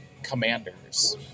Commanders